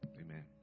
Amen